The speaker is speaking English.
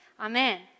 Amen